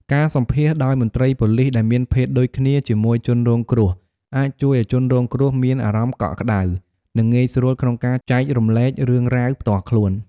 ការសម្ភាសន៍ដោយមន្ត្រីប៉ូលិសដែលមានភេទដូចគ្នាជាមួយជនរងគ្រោះ អាចជួយឲ្យជនរងគ្រោះមានអារម្មណ៍កក់ក្ដៅ និងងាយស្រួលក្នុងការចែករំលែករឿងរ៉ាវផ្ទាល់ខ្លួន។